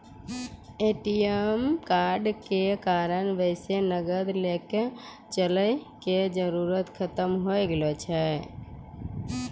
ATM कार्डो के कारण बेसी नगद लैके चलै के जरुरत खतम होय गेलो छै